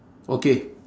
okay